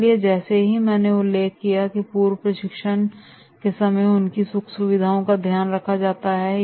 इसलिए जैसा की मैंने उल्लेख किया की पूर्व प्रशिक्षण के समय उनकी सुख सुविधाओं का ध्यान रखा जाता है